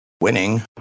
Winning